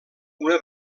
una